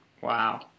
Wow